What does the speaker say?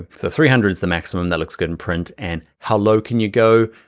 ah so three hundred s the maximum that looks good in print. and how low can you go?